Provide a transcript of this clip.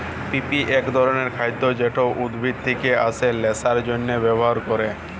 poppy এক ধরণের খাদ্য যেটা উদ্ভিদ থেকে আসে নেশার জন্হে ব্যবহার ক্যরে